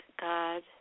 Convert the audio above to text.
God